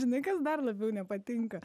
žinai kas dar labiau nepatinka